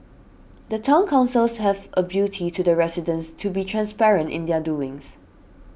the Town Councils have a duty to the residents to be transparent in their doings